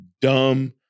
dumb